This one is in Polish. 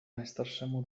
najstarszemu